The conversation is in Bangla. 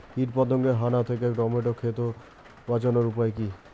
কীটপতঙ্গের হানা থেকে টমেটো ক্ষেত বাঁচানোর উপায় কি?